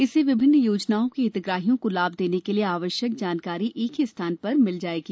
इससे विभिन्न योजनाओं के हितग्राहियों को लाभ देने के लिए आवश्यक जानकारी एक ही स्थान पर मिल जाएगी